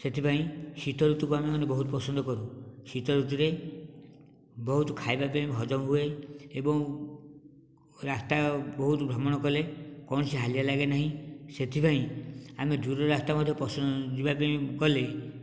ସେଥିପାଇଁ ଶୀତ ଋତୁକୁ ଆମେମାନେ ବହୁତ ପସନ୍ଦ କରୁ ଶୀତ ଋତୁରେ ବହୁତ ଖାଇବା ପାଇଁ ହଜମ ହୁଏ ଏବଂ ରାସ୍ତା ବହୁତ ଭ୍ରମଣ କଲେ କୌଣସି ହାଲିଆ ଲାଗେନାହିଁ ସେଥିପାଇଁ ଆମେ ଦୂର ରାସ୍ତା ମଧ୍ୟ ଯିବାପାଇଁ ଗଲେ